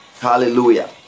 hallelujah